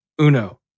Uno